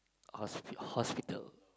Hospital